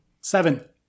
seven